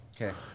Okay